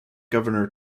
governor